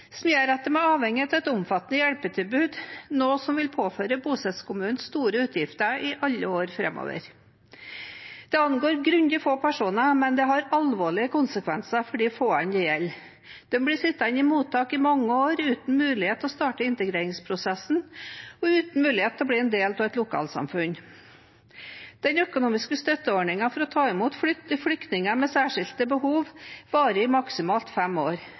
som gjør at de er avhengig av et omfattende hjelpetilbud, noe som vil påføre bostedskommunen store utgifter i alle år framover. Det angår grundig få personer, men det har alvorlige konsekvenser for de få det gjelder. De blir sittende i mottak i mange år uten mulighet til å starte integreringsprosessen og uten mulighet til å bli en del av et lokalsamfunn. Den økonomiske støtteordningen for å ta imot flyktninger med særskilte behov varer i maksimalt fem år.